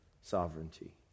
sovereignty